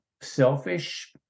selfish